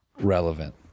relevant